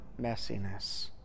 messiness